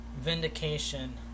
vindication